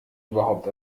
überhaupt